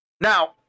Now